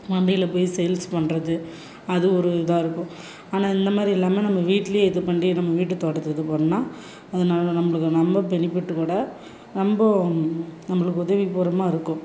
சந்தையில் போய் சேல்ஸ் பண்ணுறது அது ஒரு இதாக இருக்கும் ஆனால் இந்த மாதிரி இல்லாமல் நம்ம வீட்டிலையே இது பண்ணி நம்ம வீட்டு தோட்டத்தை இது பண்ணினா அதனால நம்மளுக்கு ரொம்ப பெனிஃபிட் விட ரொம்ப நம்மளுக்கு உதவிகரமா இருக்கும்